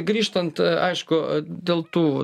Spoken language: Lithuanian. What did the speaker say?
grįžtant aišku dėl tų